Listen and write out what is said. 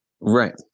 right